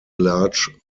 large